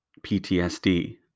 PTSD